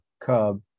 cub